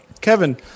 Kevin